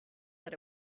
that